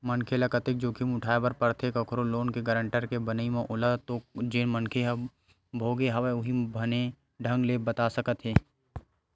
मनखे ल कतेक जोखिम उठाय बर परथे कखरो लोन के गारेंटर के बनई म ओला तो जेन मनखे ह भोगे हवय उहीं ह बने ढंग ले बता सकत हे